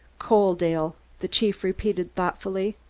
coaldale, the chief repeated thoughtfully.